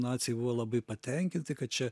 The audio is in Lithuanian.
naciai buvo labai patenkinti kad čia